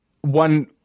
One